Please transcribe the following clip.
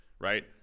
right